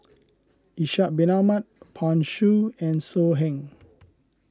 Ishak Bin Ahmad Pan Shou and So Heng